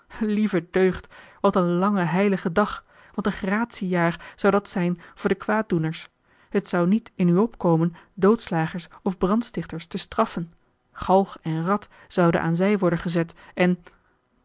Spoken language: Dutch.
lieve deugd wat een lange heilige dag wat een gratie jaar zou dat zijn voor de kwaaddoeners het zou niet in u opkomen doodslagers of brandstichters te straffen galg en rad zouden aan zij worden gezet en